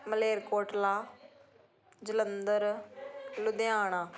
Malerkotla Jalandhar Ludhiana